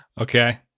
Okay